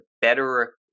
better